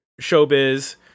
Showbiz